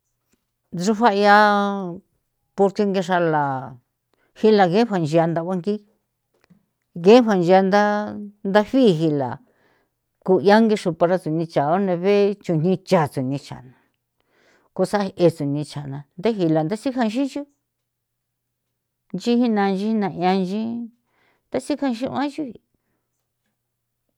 Nchu faya porque ngexa la jila ge fancha nthanguanki nge fancha ntha ndafi jila ko 'ia ngexo para sunicha onde be chujni cha se ni chaseni chana ndegila ndesijan sixio nchi jina nchi na 'ian nchi tesijanxi oaxui.